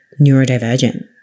neurodivergent